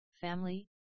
family